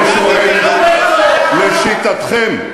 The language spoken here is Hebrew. לשיטתכם,